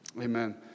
Amen